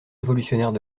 révolutionnaires